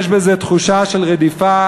יש בזה תחושה של רדיפה.